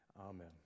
Amen